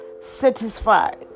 satisfied